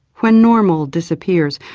when normal disappears,